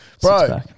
Bro